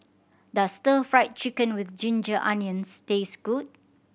does Stir Fried Chicken With Ginger Onions taste good